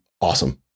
awesome